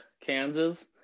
Kansas